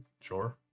Sure